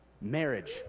Marriage